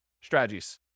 strategies